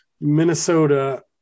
Minnesota